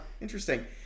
Interesting